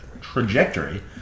trajectory